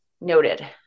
noted